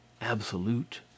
absolute